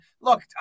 look